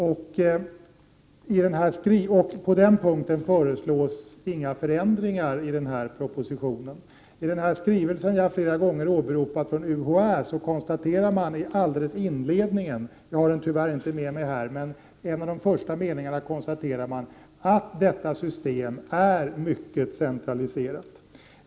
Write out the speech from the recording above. På den punkten i propositionen föreslås inga förändringar. I den skrivelse från UHÄ som jag flera gånger har åberopat konstaterar man i inledningen — jag har tyvärr inte med mig skrivelsen — att detta system är mycket centraliserat.